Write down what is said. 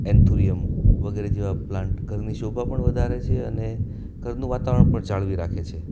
anthurium વગેરે જેવા plant ઘરની શોભા પણ વધારે છે અને ઘરનું વાતાવરણ પણ જાળવી રાખે છે